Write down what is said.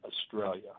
Australia